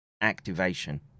activation